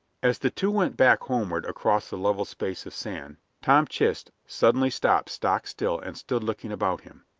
as the two went back homeward across the level space of sand tom chist suddenly stopped stock-still and stood looking about him.